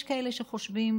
יש כאלה שחושבים,